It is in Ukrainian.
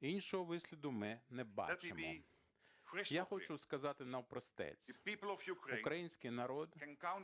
Іншого висліду ми не бачимо. Я хочу сказати навпростець, український народ